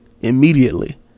immediately